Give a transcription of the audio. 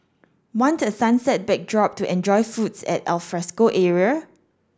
want a sunset backdrop to enjoy foods at alfresco area